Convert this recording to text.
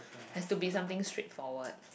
has to be something straightforward